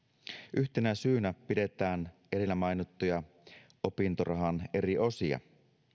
yhtenä syynä pidetään edellä mainittuja opintorahan eri osia